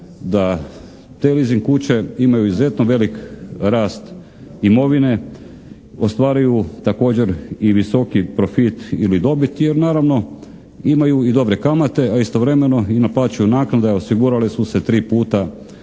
da te leasing kuće imaju izuzetno veliki rast imovine, ostvaruju također i visoki profit ili dobit jer naravno imaju i dobre kamate a istovremeno i naplaćuju naknade a osigurale su se tri puta